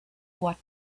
what